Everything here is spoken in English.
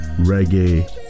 reggae